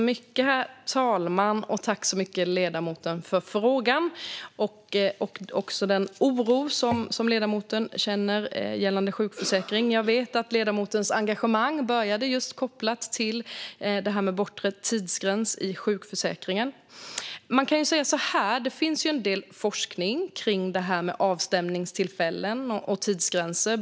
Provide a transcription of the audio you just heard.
Herr talman! Jag tackar ledamoten så mycket för frågan och för att hon tar upp den oro hon känner gällande sjukförsäkringen. Jag vet att ledamotens engagemang började med just bortre tidsgräns i sjukförsäkringen. Det finns en del forskning om det här med avstämningstillfällen och tidsgränser.